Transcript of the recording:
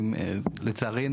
לצערי,